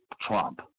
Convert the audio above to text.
Trump